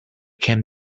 can